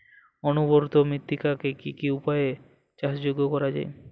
অনুর্বর মৃত্তিকাকে কি কি উপায়ে চাষযোগ্য করা যায়?